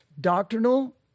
doctrinal